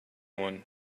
one